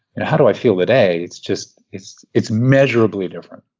and how do i feel today, it's just it's it's measurably different.